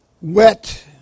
wet